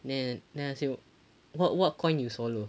then I then I ask you what what coin you swallow